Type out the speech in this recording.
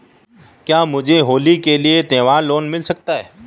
क्या मुझे होली के लिए त्यौहार लोंन मिल सकता है?